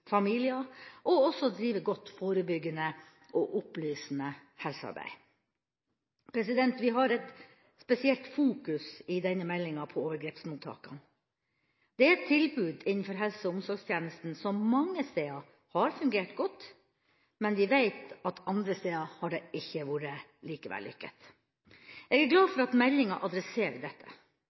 familier, og også drive godt, forebyggende og opplysende helsearbeid. Vi har i denne meldinga et spesielt fokus på overgrepsmottakene. Det er et tilbud innenfor helse- og omsorgstjenesten som mange steder har fungert godt, men vi veit at andre steder har det ikke vært like vellykket. Jeg er glad for at meldinga adresserer dette,